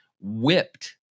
whipped